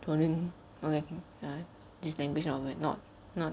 pronoun okay ya this language I will not not